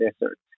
Desert